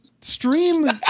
stream